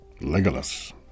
Legolas